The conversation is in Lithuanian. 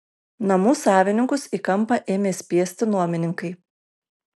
namų savininkus į kampą ėmė spiesti nuomininkai